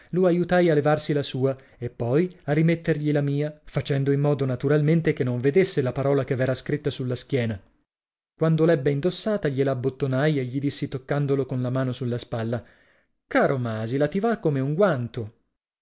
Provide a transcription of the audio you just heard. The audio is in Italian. lo aiutai a levarsi la sua e poi a rimettergli la mia facendo in modo naturalmente che non vedesse la parola che v'era scritta sulla schiena quando l'ebbe indossata gliela abbottonai e gli dissi toccandolo con la mano sulla spalla caro masi la ti va come un guanto